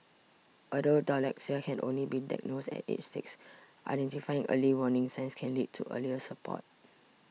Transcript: although dyslexia can only be diagnosed at age six identifying early warning signs can lead to earlier support